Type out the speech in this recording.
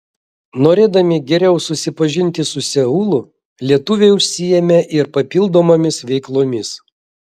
norėdami geriau susipažinti su seulu lietuviai užsiėmė ir papildomomis veiklomis